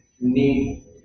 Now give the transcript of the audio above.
need